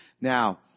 Now